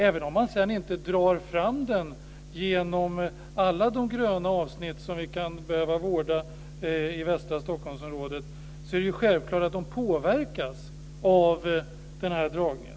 Även om man sedan inte drar fram leden genom alla de gröna avsnitt som vi kan behöva vårda i västra Stockholmsområdet är det ju självklart att de påverkas av den här dragningen.